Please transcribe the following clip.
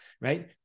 right